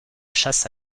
chasse